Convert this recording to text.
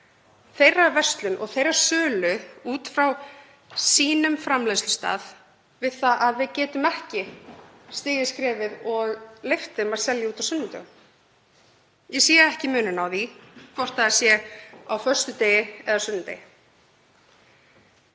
þeirra verslun og þeirra sölu frá sínum framleiðslustað við það að við getum ekki stigið skrefið og leyft þeim að selja út á sunnudögum. Ég sé ekki muninn á því hvort það sé á föstudegi eða sunnudegi.